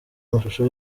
amashusho